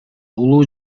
улуу